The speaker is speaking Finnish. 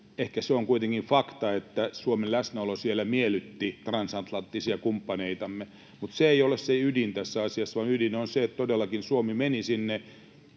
Ehkä se on kuitenkin fakta, että Suomen läsnäolo siellä miellytti transatlanttisia kumppaneitamme. Mutta se ei ole se ydin tässä asiassa, vaan ydin on se, että todellakin Suomi meni sinne